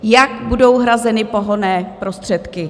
Jak budou hrazeny pohonné prostředky?